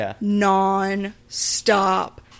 non-stop